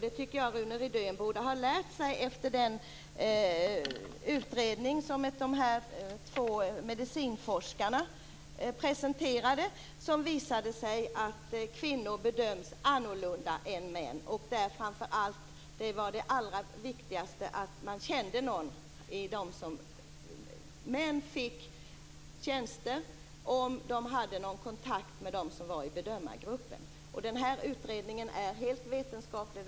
Det borde Rune Rydén ha lärt sig efter den utredning som de två medicinforskarna presenterade där det visades att kvinnor bedöms annorlunda än män. Män som hade kontakt med någon i bedömargruppen fick tjänsterna. Denna utredning är helt vetenskaplig.